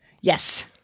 Yes